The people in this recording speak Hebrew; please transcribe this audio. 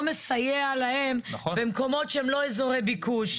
מסייע להם במקומות שהם לא אזורי ביקוש.